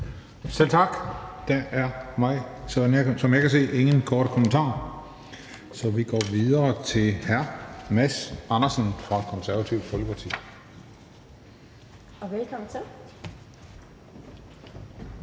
Selv tak. Der er, som jeg kan se, ingen korte bemærkninger, så vi går videre til hr. Mads Andersen fra Det Konservative Folkeparti. Værsgo. Kl.